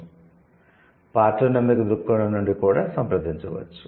'partonomic' దృక్కోణం నుండి కూడా సంప్రదించవచ్చు